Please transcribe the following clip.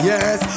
Yes